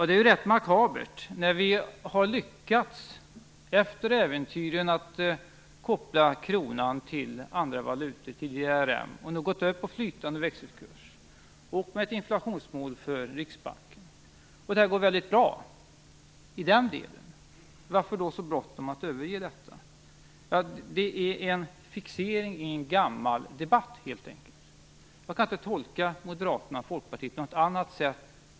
Det är ju rätt makabert. När vi nu efter alla äventyr har lyckats att koppla kronan till andra valutor, till ERM, gått upp på flytande växelkurs och satt upp ett inflationsmål för Riksbanken - och det går mycket bra - varför skall vi då ha så bråttom att överge detta? Det är helt enkelt en fixering i en gammal debatt. Jag kan inte tolka Moderaterna och Folkpartiet på något annat sätt.